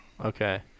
Okay